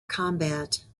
combat